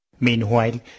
Meanwhile